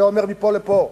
זה אומר מפה לפה,